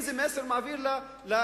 איזה מסר הוא מעביר לבני-הנוער?